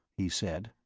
he said.